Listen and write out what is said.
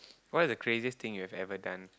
what are the craziest thing you've ever done